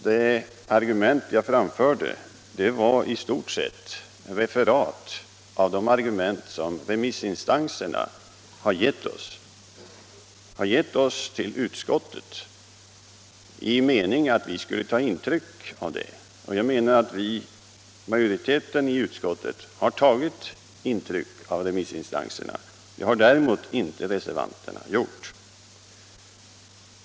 De argument som jag framförde var i stort sett ett referat av de argument som remissinstanserna har givit oss i utskottet i mening att vi skulle ta intryck av dem. Utskottsmajoriteten har också tagit intryck av remissinstansernas argument. Det har däremot inte reservanterna gjort.